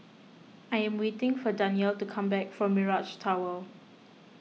I am waiting for Danyel to come back from Mirage Tower